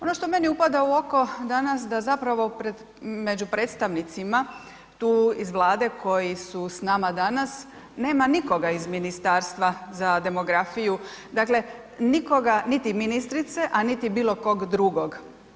Ono što meni upada u oko, danas da zapravo među predstavnicima tu iz Vlade koji su s nama danas, nema nikoga iz Ministarstva za demografiju, dakle nikoga niti ministrice a niti bilo kog drugog.